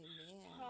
Amen